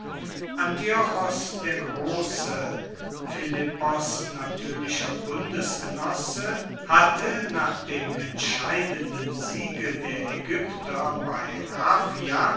antiochos der grosse philippos natuerlicher bundesgenosse hatte nach dem entscheidenden siege der aegypter bei raphia